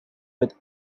with